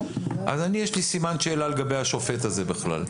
אז יש לי סימן שאלה לגבי השופט הזה בכלל,